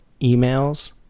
emails